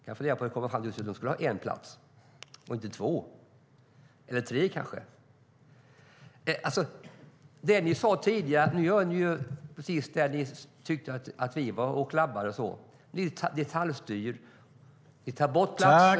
Jag funderar på hur man kom fram till att de skulle ha just en plats och inte två eller kanske tre. Nu gör ni precis det som ni tyckte att vi klabbade med tidigare. Ni detaljstyr och tar bort platser.